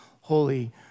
holy